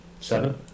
Seven